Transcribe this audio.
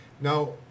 Now